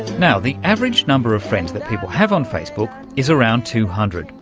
now, the average number of friends that people have on facebook is around two hundred.